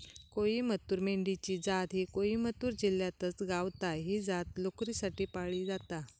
कोईमतूर मेंढी ची जात ही कोईमतूर जिल्ह्यातच गावता, ही जात लोकरीसाठी पाळली जाता